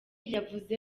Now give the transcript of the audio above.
yavuze